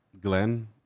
Glenn